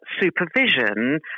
supervision